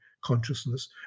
consciousness